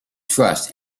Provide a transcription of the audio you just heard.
trust